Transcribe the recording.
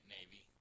Navy